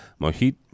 mohit